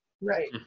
Right